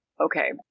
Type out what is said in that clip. Okay